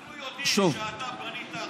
אנחנו יודעים שאתה בנית עכשיו,